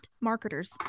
marketers